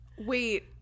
Wait